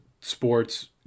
sports